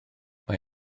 mae